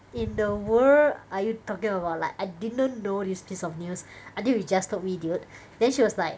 in the world are you talking about like I didn't know this piece of news until you just told me dude then she was like